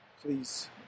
please